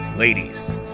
Ladies